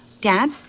Dad